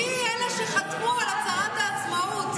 מי אלה שחתמו על הצהרת העצמאות?